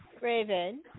Raven